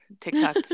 TikTok